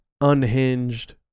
unhinged